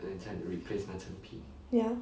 ya